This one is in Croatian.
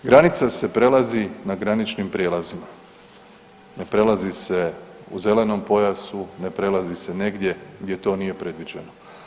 Granica se prelazi na graničnim prijelazima, ne prelazi se u zelenom pojasu, ne prelazi se negdje gdje to nije predviđeno.